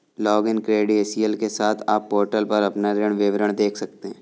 login credential के साथ, आप पोर्टल पर अपना ऋण विवरण देख सकते हैं